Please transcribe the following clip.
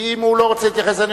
כי אם הוא לא רוצה להתייחס, או